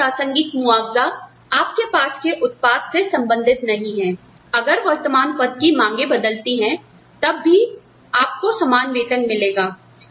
सदस्यता प्रासंगिक मुआवजा आपके पास के उत्पाद से संबंधित नहीं है अगर वर्तमान पद की मांगे बदलती हैं तब भी आपको समान वेतन मिलेगा